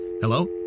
Hello